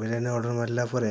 biryani order ମାରିଲା ପରେ